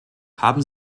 haben